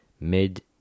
Mid